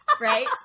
Right